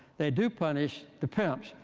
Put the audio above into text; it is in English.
they do punish the pimps.